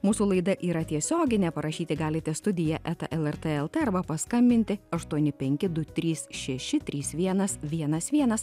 mūsų laida yra tiesioginė parašyti galite studija eta lrt lt arba paskambinti aštuoni penki du trys šeši trys vienas vienas vienas